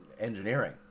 engineering